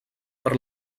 per